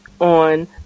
on